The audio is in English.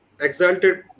exalted